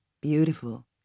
Beautiful